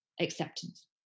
acceptance